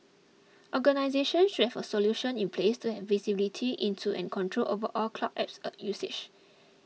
organisation should have a solution in place to have visibility into and control over all cloud apps usage